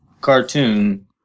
cartoon